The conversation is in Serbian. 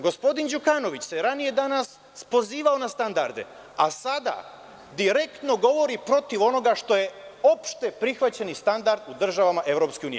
Gospodin Đukanović se ranije danas pozivao na standarde, a sada direktno govori protiv onoga što je opšteprihvaćeni standard u državama EU.